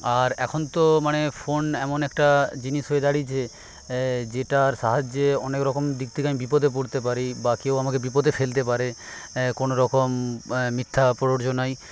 আর এখন তো মানে ফোন এমন একটা জিনিস হয়ে দাঁড়িয়েছে যেটার সাহায্যে অনেকরকম দিক থেকে আমি বিপদে পড়তে পারি বা কেউ আমাকে বিপদে ফেলতে পারে কোনোরকম মিথ্যা প্ররোচনায়